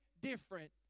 different